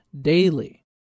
daily